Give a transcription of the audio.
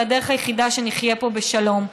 זו הדרך היחידה שנחיה פה בשלום.